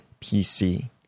PC